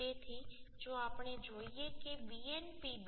તેથી જો આપણે જોઈએ કે Vnpb 2